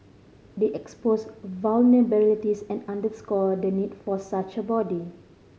they exposed vulnerabilities and underscore the need for such a body